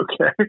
Okay